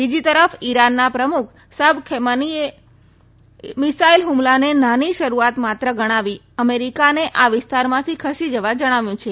બીજી તરફ ઈરાનના પ્રમુખ સબ ખેમાનીએ મિસાઈલ હ્મલાને નાની શરૂઆત માત્ર ગણાવી અમેરિકાને આ વિસ્તારમાંથી ખસી જવા જણાવ્યું છે